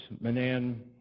Manan